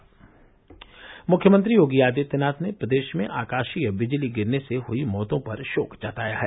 दे अप के अप के मुख्यमंत्री योगी आदित्यनाथ ने प्रदेश में आकाशीय बिजली गिरने से हई मौतों पर शोक जताया है